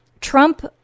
Trump